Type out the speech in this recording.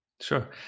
Sure